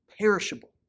perishable